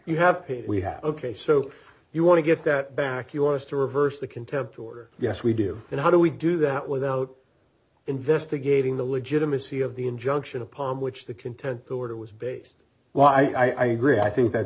you have paid we have ok so you want to get that back you want us to reverse the contempt order yes we do and how do we do that without investigating the legitimacy of the injunction upon which the content the order was based why i agree i think that